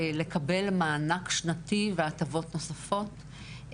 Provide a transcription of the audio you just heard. לקבל מענק שנתי והטבות נוספות.